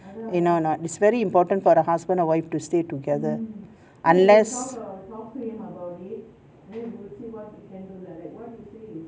you know not it's very important for a husband or wife to stay together unless